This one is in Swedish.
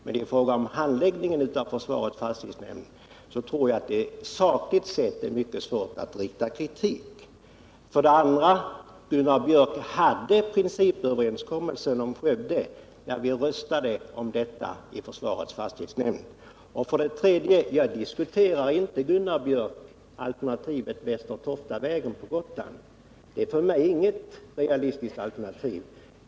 Men mot försvarets fastighetsnämnds handläggning tror jag att det sakligt sett är mycket svårt att rikta någon kritik. För det andra: Vi hade, Gunnar Björk, principöverenskommelsen om Skövde när vi röstade i försvarets fastighetsnämnd. För det tredje: Jag diskuterar inte alternativet Väster Toftavägen på Gotland. För mig är detta inte något realistiskt alternativ.